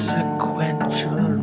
Sequential